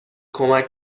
کمک